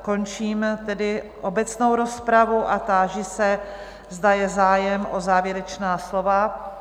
Končím tedy obecnou rozpravu a táži se, zda je zájem o závěrečná slova?